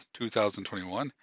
2021